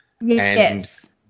Yes